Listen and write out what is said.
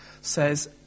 says